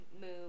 move